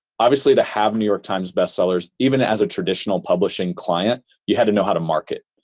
obviously, to have new york times best sellers, even as a traditional publishing client, you had to know how to market.